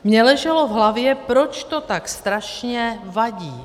Mně leželo v hlavě, proč to tak strašně vadí.